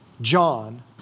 John